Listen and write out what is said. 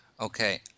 Okay